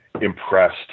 impressed